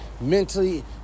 mentally